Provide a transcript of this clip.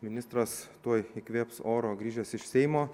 ministras tuoj įkvėps oro grįžęs iš seimo